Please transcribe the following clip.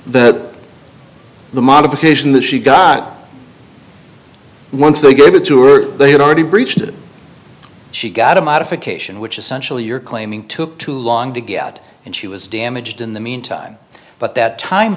that the modification that she got once they gave it to were they had already breached it she got a modification which essentially you're claiming took too long to get and she was damaged in the meantime but that time